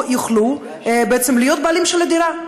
לא יוכלו להיות הבעלים של הדירה.